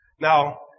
Now